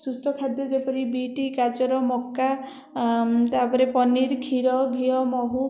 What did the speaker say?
ସୁସ୍ଥ ଖାଦ୍ୟ ଯେପରି ବିଟ୍ ଗାଜର ମକା ତା'ପରେ ପନିର କ୍ଷୀର ଘିଅ ମହୁ